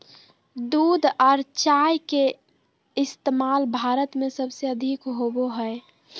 दूध आर चाय के इस्तमाल भारत में सबसे अधिक होवो हय